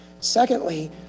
Secondly